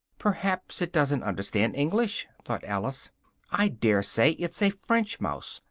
perhaps it doesn't understand english, thought alice i daresay it's a french mouse,